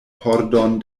pordon